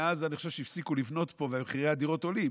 מאז אני חושב שהפסיקו לבנות פה ומחירי הדירות עולים,